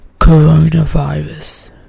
coronavirus